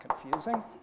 confusing